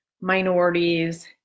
minorities